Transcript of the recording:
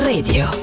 Radio